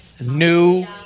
new